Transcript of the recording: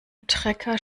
trecker